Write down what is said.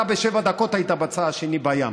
אתה בשבע דקות היית בצד השני, בים.